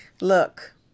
look